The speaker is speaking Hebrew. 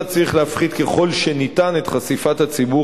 אתה צריך להפחית ככל האפשר את חשיפת הציבור